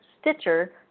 Stitcher